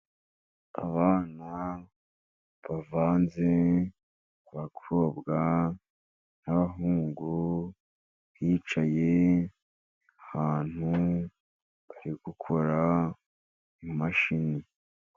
Abana bavanze: abakobwa n' abahungu bicaye ahantu bari gukora imashini.